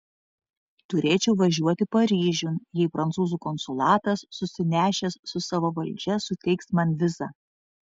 turėčiau važiuoti paryžiun jei prancūzų konsulatas susinešęs su savo valdžia suteiks man vizą